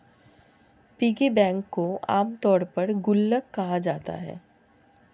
piggy bank को आमतौर पर गुल्लक कहा जाता है